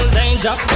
danger